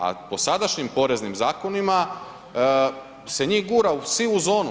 A po sadašnjim poreznim zakonima se njih gura u sivu zonu.